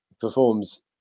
performs